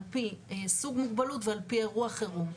על פי סוג מוגבלות ועל פי אירוע חירום.